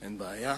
אין בעיה.